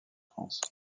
france